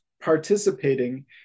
participating